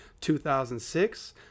2006